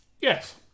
Yes